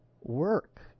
work